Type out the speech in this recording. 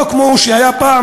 לא כמו שהיה פעם,